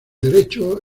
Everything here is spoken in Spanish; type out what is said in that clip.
derecho